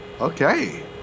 Okay